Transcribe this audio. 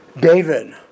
David